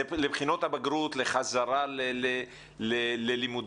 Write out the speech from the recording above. לבחינות הבגרות ולחזרה ללימודים.